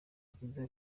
ryiza